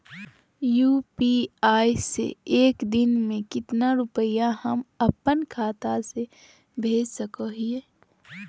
UPI से एक दिन में कितना रुपैया हम अपन खाता से भेज सको हियय?